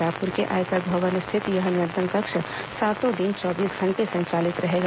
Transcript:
रायपुर के आयकर भवन स्थित यह नियंत्रण कक्ष सातों दिन चौबीस घंटे संचालित रहेगा